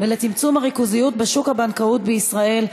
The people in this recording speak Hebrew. ולצמצום הריכוזיות בשוק הבנקאות בישראל,